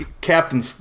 Captain